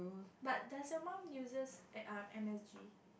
but does your mum uses a um M_S_G